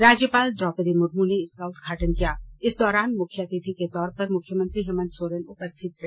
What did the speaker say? राज्यपाल द्रौपदी मुर्म ने इसका उदघाटन किया इस दौरान मुख्यअतिथि के तौर पर मुख्यमंत्री हेमंत सोरेन उपस्थित रहे